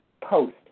post